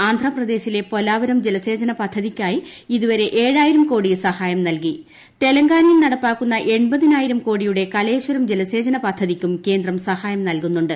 ആന്ധ്രപ്രദേശിലെ പൊലാവരം ജൽസ്റ്റേച്ന പദ്ധതിക്കായി ഇതുവരെ ഏഴായിരം കോടി സഹായം നിൽകീ തെലങ്കാനയിൽ നടപ്പാക്കുന്ന എൺപതിനായിരം കോടിയൂട്ട് കലേശ്വരം ജലസേചന പദ്ധതിക്കും കേന്ദ്രം സഹായം നൽകൂന്നു്ണ്ട്